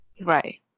Right